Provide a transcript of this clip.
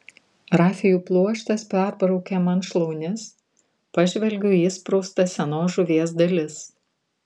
rafijų pluoštas perbraukia man šlaunis pažvelgiu į įspraustas senos žuvies dalis